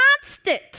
constant